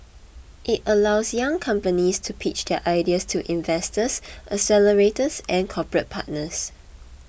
it allows young companies to pitch their ideas to investors accelerators and corporate partners